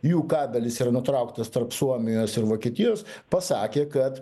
jų kabelis yra nutrauktas tarp suomijos ir vokietijos pasakė kad